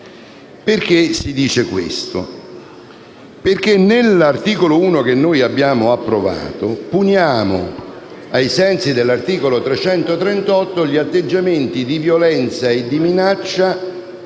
Perché si dice questo? Nell'articolo 1 che abbiamo approvato puniamo, ai sensi dell'articolo 338, gli atteggiamenti di violenza e di minaccia